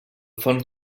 fons